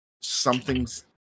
something's